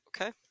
Okay